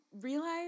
realize